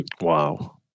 Wow